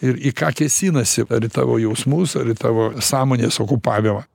ir į ką kėsinasi ar į tavo jausmus ar į tavo sąmonės okupavimą